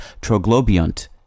troglobiont